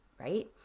Right